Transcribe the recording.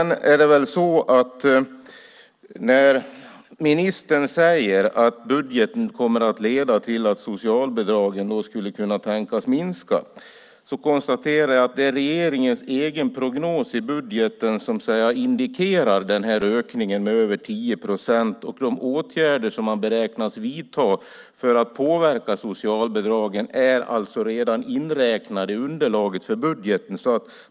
När ministern säger att budgeten kan leda till att socialbidragen skulle kunna tänkas minska konstaterar jag att det i regeringens egen prognos i budgeten indikerar en ökning på över 10 procent. De åtgärder man beräknas vidta för att påverka socialbidragen är alltså redan inräknade i underlaget för budgeten.